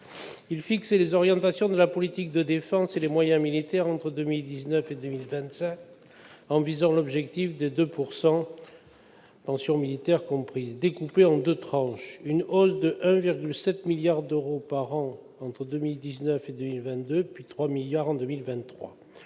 Il fixe les orientations de la politique de défense et les moyens militaires entre 2019-2025 en visant l'objectif des 2 % du PIB en 2025- pensions militaires comprises -, découpés en deux tranches : une hausse de 1,7 milliard d'euros par an entre 2019 et 2022, puis de 3 milliards en 2023.